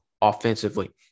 offensively